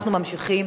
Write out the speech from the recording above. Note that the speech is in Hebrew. אנחנו ממשיכים